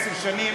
עשר שנים